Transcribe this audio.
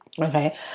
Okay